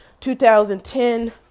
2010